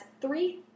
three